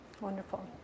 Wonderful